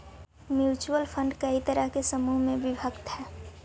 mutual fund कई तरह के समूह में विभक्त हई